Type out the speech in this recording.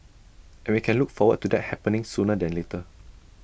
and we can look forward to that happening sooner than later